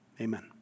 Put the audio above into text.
Amen